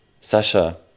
Sasha